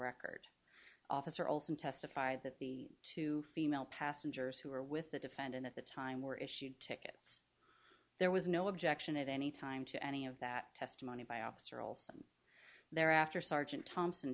record officer olson testified that the two female passengers who were with the defendant at the time were issued ticket there was no objection at any time to any of that testimony by officer olson thereafter sergeant thompson